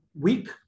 week